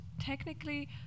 technically